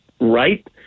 right